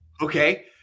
Okay